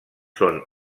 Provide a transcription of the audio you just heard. són